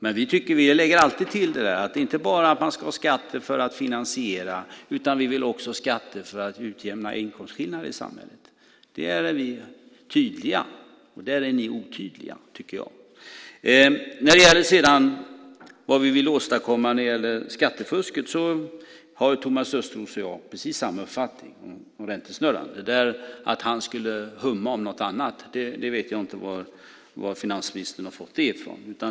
Men vi lägger alltid till att man inte bara ska ha skatter för att finansiera utan också för att utjämna inkomstskillnader i samhället. Där är vi tydliga, och där är ni otydliga, tycker jag. När det sedan gäller skattefusket har Thomas Östros och jag precis samma uppfattning om räntesnurran. Att han skulle humma om något annat vet jag inte var finansministern har fått ifrån.